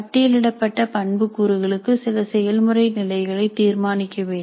பட்டியலிடப்பட்ட பண்பு கூறுகளுக்கு சில செயல்முறை நிலைகளை தீர்மானிக்க வேண்டும்